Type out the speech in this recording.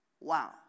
Wow